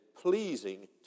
pleasing